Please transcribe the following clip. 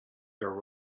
there